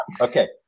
Okay